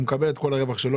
הוא מקבל את כל הרווח שלו,